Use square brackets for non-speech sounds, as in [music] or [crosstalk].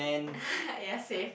[laughs] ya same